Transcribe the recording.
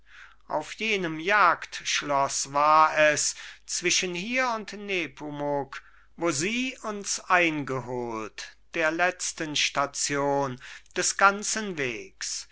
auf jenem jagdschloß war es zwischen hier und nepomuk wo sie uns eingeholt der letzten station des ganzen wegs